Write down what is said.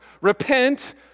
repent